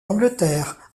angleterre